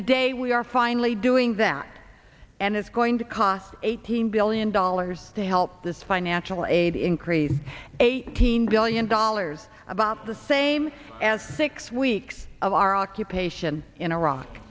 today we are finally doing that and it's going to cost eighteen billion dollars to help this financial aid increase eighteen billion dollars about the same as six weeks of our occupation in iraq